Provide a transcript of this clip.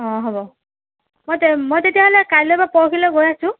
অ হ'ব মই তে মই তেতিয়াহ'লে কাইলৈ বা পৰহিলৈ গৈ আছোঁ